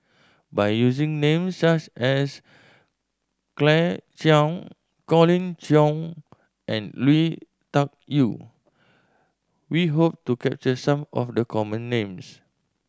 by using names such as Claire Chiang Colin Cheong and Lui Tuck Yew we hope to capture some of the common names